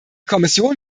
kommission